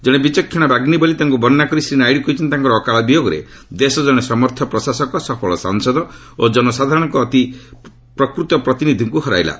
ଜଣେ ବିଚକ୍ଷଣ ବାଗୁୀ ବୋଲି ତାଙ୍କୁ ବର୍ଷ୍ଣନା କରି ଶ୍ରୀ ନାଇଡୁ କହିଛନ୍ତି ତାଙ୍କର ଅକାଳ ବିୟୋଗରେ ଦେଶ ଜଣେ ସମର୍ଥ ପ୍ରଶାସକ ସଫଳ ସାଂସଦ ଓ ଜନସାଧାରଣଙ୍କ ପ୍ରକୃତ ପ୍ରତିନିଧିଙ୍କୁ ହରାଇଲା